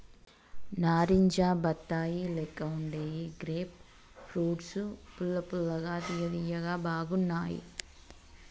నారింజ బత్తాయి లెక్క వుండే ఈ గ్రేప్ ఫ్రూట్స్ పుల్ల పుల్లగా తియ్య తియ్యగా బాగున్నాయ్